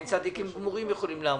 אין צדיקים גמורים יכולים לעמוד.